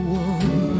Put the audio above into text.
one